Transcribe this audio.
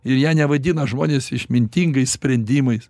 ir ją nevadina žmonės išmintingais sprendimais